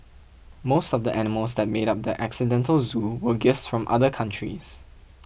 most of the animals that made up the accidental zoo were gifts from other countries